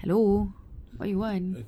hello what you want